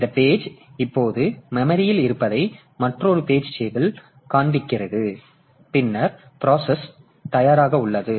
இந்த பேஜ் இப்போது மெமரியில் இருப்பதைக் மற்றொரு பேஜ் டேபிள் காண்பிக்கிறது பின்னர் பிராசஸ் தயாராக உள்ளது